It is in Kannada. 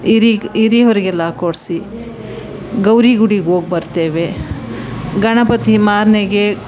ಹಿರಿಗೆ ಹಿರಿಯರಿಗೆಲ್ಲ ಕೊಡಿಸಿ ಗೌರಿ ಗುಡಿಗೆ ಹೋಗಿ ಬರ್ತೇವೆ ಗಣಪತಿ ಮಾರನೆಗೆ